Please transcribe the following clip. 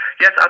Yes